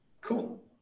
cool